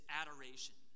adoration